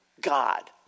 God